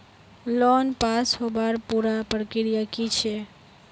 Loan pass होबार पुरा प्रक्रिया की छे?